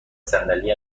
صندلی